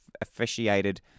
Officiated